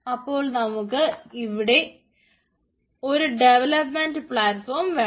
അപ്പോൾ നമുക്ക് അവിടെ ഒരു ഡെവലപ്പ്മെന്റ് പ്ലാറ്റ്ഫോം വേണം